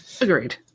Agreed